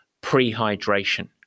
pre-hydration